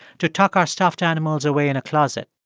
to tuck our stuffed animals away in a closet.